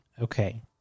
Okay